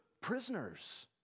prisoners